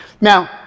Now